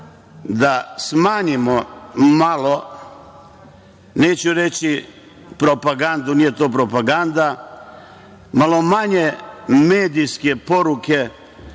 da smanjimo malo, neću reći propagandu, nije to propaganda, ali malo manje medijske poruke,